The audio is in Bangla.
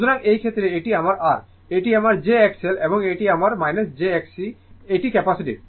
সুতরাং এই ক্ষেত্রে এটি আমার R এটি আমার jXL এবং এটি আমার jXC এটি ক্যাপাসিটিভ